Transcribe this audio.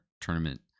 tournament